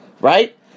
right